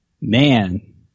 Man